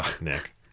Nick